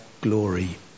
glory